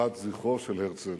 להנצחת זכרו של הרצל,